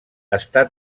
està